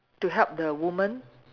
to help the woman